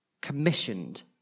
Commissioned